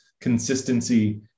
consistency